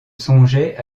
songeait